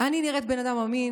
אני נראית בן אדם אמין?